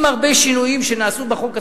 עם הרבה שינויים שנעשו בחוק עצמו,